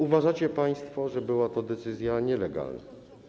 Uważacie państwo, że była to decyzja nielegalna.